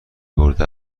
برده